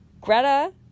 Greta